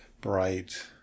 bright